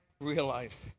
realize